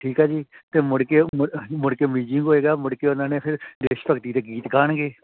ਠੀਕ ਆ ਜੀ ਅਤੇ ਮੁੜ ਕੇ ਮ ਮੁੜ ਕੇ ਹੋਏਗਾ ਮੁੜ ਕੇ ਉਹਨਾਂ ਨੇ ਫਿਰ ਦੇਸ਼ ਭਗਤੀ ਦੇ ਗੀਤ ਗਾਣਗੇ